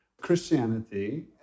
Christianity